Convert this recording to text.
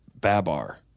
Babar